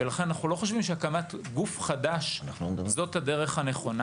ולכן אנחנו לא חושבים שהקמת גוף חדש היא הדרך הנכונה.